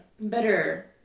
better